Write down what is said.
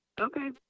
okay